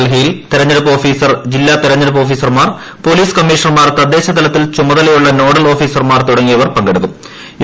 ഡൽഹിയിലെ തെരഞ്ഞെടുപ്പ് ഓഫീസർ ജില്ലാ തെരഞ്ഞെടുപ്പ് ഓഫീസർമാർ പൊലീസ് കമ്മീഷണർമാർ തദ്ദേശ തലത്തിൽ പ്രചുമതലയുള്ള നോഡൽ ഓഫീസർമാർ തുടങ്ങിയവർ പങ്കെടുക്കുർ